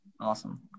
Awesome